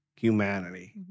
humanity